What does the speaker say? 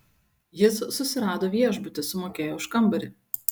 jis susirado viešbutį susimokėjo už kambarį